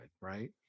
right